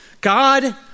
God